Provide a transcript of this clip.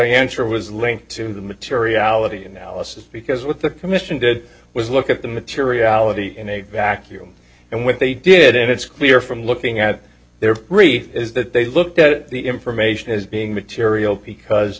answer was linked to the materiality analysis because what the commission did was look at the materiality in a vacuum and what they did and it's clear from looking at their brief is that they looked at the information is being material because